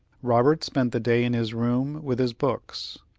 robert spent the day in his room with his books,